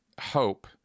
hope